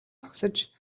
зогсож